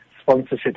sponsorship